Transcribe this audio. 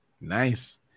Nice